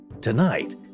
Tonight